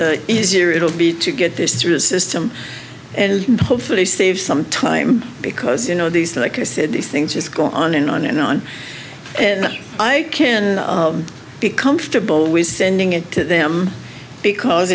the easier it will be to get this through the system and hopefully save some time because you know these two like i said these things just go on and on and on and i can be comfortable with sending it to them because